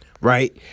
right